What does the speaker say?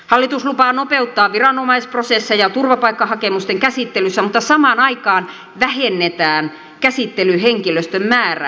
hallitus lupaa nopeuttaa viranomaisprosesseja turvapaikkahakemusten käsittelyssä mutta samaan aikaan vähennetään käsittelyhenkilöstön määrää